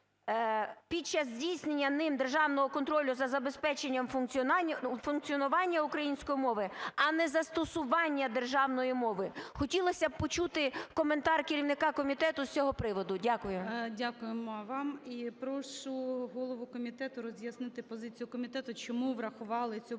"під час здійснення ним державного контролю за забезпеченням функціонування української мови", а не "застосування державної мови". Хотілося б почути коментар керівника комітету з цього приводу. Дякую. ГОЛОВУЮЧИЙ. Дякуємо вам. І прошу голову комітету роз'яснити позицію комітету, чому врахували цю поправку